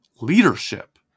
Leadership